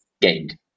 gained